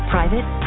Private